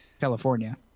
california